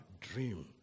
dream